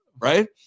Right